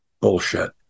Bullshit